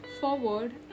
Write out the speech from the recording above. forward